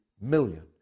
million